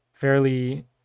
Fairly